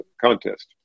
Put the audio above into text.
contest